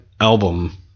album